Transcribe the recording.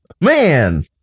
man